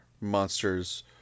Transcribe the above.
monsters